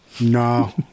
No